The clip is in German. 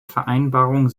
vereinbarungen